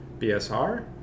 BSR